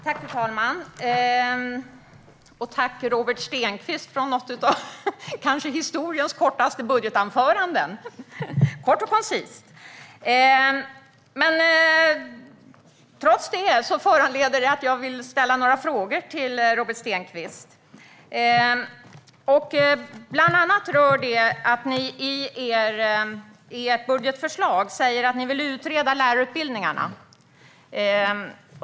Fru talman! Jag vill tacka Robert Stenkvist för historiens kanske kortaste budgetanförande. Det var kort och koncist. Men det föranleder ändå att jag vill ställa några frågor till Robert Stenkvist. I ert budgetförslag säger ni att ni vill utreda lärarutbildningarna.